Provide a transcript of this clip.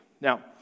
Now